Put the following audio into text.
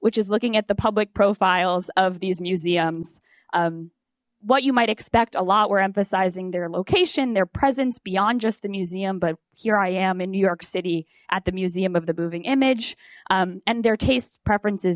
which is looking at the public profiles of these museums what you might expect a lot we're emphasizing their location their presence beyond just the museum but here i am in new york city at the museum of the moving image and their tastes preferences